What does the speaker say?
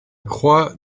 croix